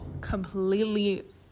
completely